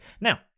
Now